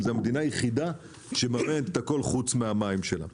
זו המדינה היחידה שמממנת את הכול חוץ מהמים שלה.